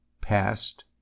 past